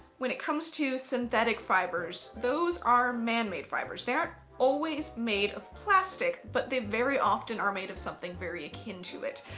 when it comes to synthetic fibers those are man-made fibers, they aren't always made of plastic but they very often are made of something very akin to it.